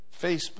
Facebook